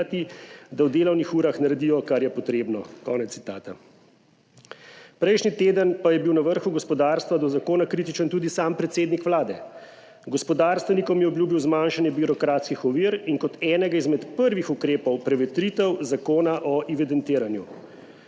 da v delovnih urah naredijo kar je potrebno." Konec citata. Prejšnji teden pa je bil na vrhu gospodarstva do zakona kritičen tudi sam predsednik Vlade. Gospodarstvenikom je obljubil zmanjšanje birokratskih ovir in kot enega izmed prvih ukrepov prevetritev Zakona o evidentiranju.